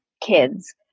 kids